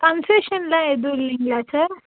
கன்செர்ஷனெலாம் எதுவும் இல்லைங்களா சார்